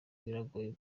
biragoye